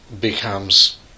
becomes